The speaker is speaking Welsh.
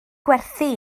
gwerthu